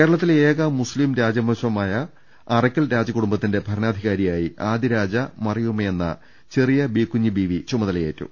കേരളത്തിലെ ഏക മുസ്തീം രാജവംശമായ അറയ്ക്കൽ രാജകു ടുംബത്തിന്റെ ഭരണാധികാരിയായി ആദിരാജ മറിയുമ്മയെന്ന ചെറിയ ബീകുഞ്ഞി ബീവി ചുമതലയേറ്റു